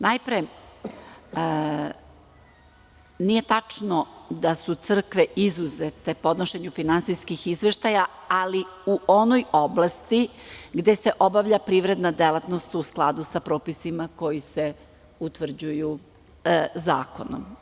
Najpre, nije tačno da su crkve izuzete podnošenju finansijskih izveštaja, ali u onoj oblasti gde se obavlja privredna delatnost u skladu sa propisima koji se utvrđuju zakonom.